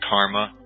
Karma